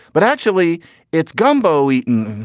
but actually it's gumbo eaten.